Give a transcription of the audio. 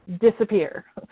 disappear